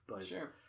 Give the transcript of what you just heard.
Sure